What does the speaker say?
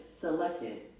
selected